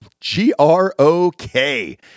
G-R-O-K